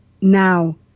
now